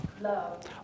Love